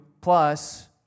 plus